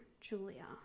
Julia